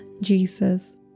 Jesus